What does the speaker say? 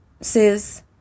sis